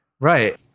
Right